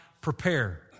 prepare